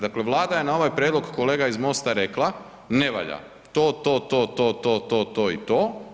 Dakle, Vlada je na ovaj prijedlog kolega iz MOST-a rekla, ne valja to, to, to, to, to i to.